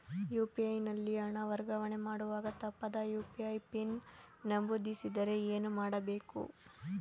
UPI ನಲ್ಲಿ ಹಣ ವರ್ಗಾವಣೆ ಮಾಡುವಾಗ ತಪ್ಪಾದ ಯು.ಪಿ.ಐ ಪಿನ್ ನಮೂದಿಸಿದರೆ ಏನು ಮಾಡಬೇಕು?